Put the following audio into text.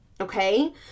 okay